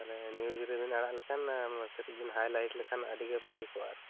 ᱛᱟᱦᱚᱞᱮ ᱱᱤᱭᱩᱡᱽ ᱨᱮᱵᱮᱱ ᱟᱲᱟᱜ ᱞᱮᱠᱷᱟᱱ ᱠᱟᱹᱴᱤᱡ ᱵᱮᱱ ᱦᱟᱭᱞᱟᱭᱤᱴ ᱞᱮᱠᱷᱟᱱ ᱟᱹᱰᱤ ᱜᱮ ᱵᱷᱟᱹᱜᱤ ᱠᱚᱜᱼᱟ ᱟᱨᱠᱤ